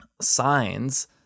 signs